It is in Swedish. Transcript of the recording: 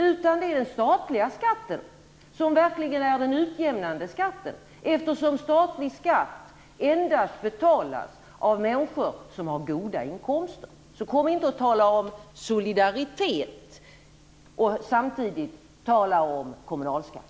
Det är den statliga skatten som verkligen är utjämnande, eftersom statlig skatt endast betalas av människor som har goda inkomster. Så kom inte och tala om solidaritet och samtidigt tala om kommunalskatt!